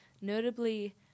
notably